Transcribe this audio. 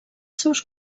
seus